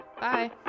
Bye